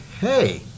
hey